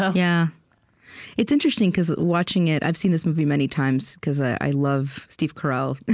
ah yeah it's interesting, because watching it i've seen this movie many times, because i love steve carell.